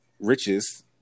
riches